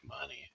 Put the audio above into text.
money